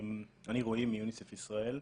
אני מיוניס"ף ישראל.